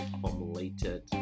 formulated